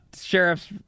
Sheriff's